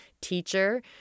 teacher